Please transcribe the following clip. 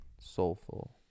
soulful